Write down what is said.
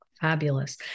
Fabulous